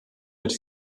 mit